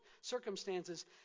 circumstances